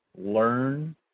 learn